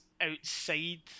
outside